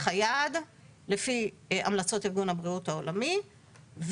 היעד לפי המלצות ארגון הבריאות העולמי.